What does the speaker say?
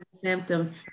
symptoms